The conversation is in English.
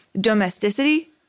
domesticity